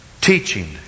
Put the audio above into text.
teaching